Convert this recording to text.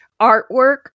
artwork